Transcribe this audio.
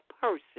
person